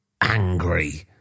angry